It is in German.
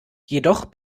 jedoch